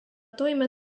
toime